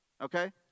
Okay